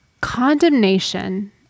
Condemnation